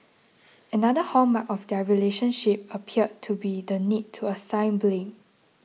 another hallmark of their relationship appeared to be the need to assign blame